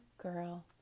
girl